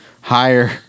higher